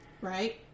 Right